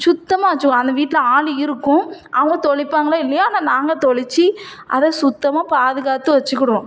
சுத்தமாக வச்சுக்குவோம் அந்த வீட்டில் ஆள் இருக்கும் அவங்க தெளிப்பாங்களோ இல்லையோ ஆனால் நாங்கள் தெளிச்சி அதை சுத்தமாக பாதுகாத்து வச்சுக்கிடுவோம்